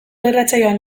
irratsaioan